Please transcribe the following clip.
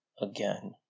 again